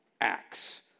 acts